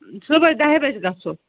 صُبحٲے دَہہِ بَجہِ گژھو